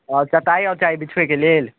आओर चटाइ आओर चाही बिछबैके लेल